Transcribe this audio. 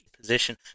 position